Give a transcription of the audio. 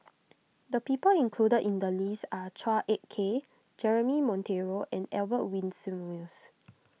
the people included in the list are Chua Ek Kay Jeremy Monteiro and Albert Winsemius